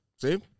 see